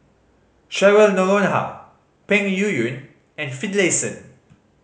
Cheryl Noronha Peng Yuyun and Finlayson